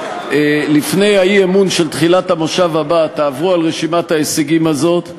לפני האי-אמון של תחילת המושב הבא: תעברו על רשימת ההישגים הזאת.